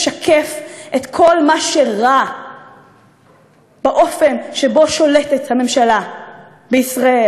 משקף את כל מה שרע באופן שבו שולטת הממשלה בישראל.